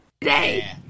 today